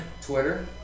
Twitter